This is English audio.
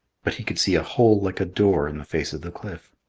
but he could see a hole like a door in the face of the cliff.